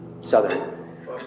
Southern